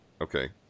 Okay